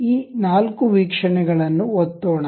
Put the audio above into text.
ಈ ನಾಲ್ಕು ವೀಕ್ಷಣೆಗಳನ್ನು ಒತ್ತೋಣ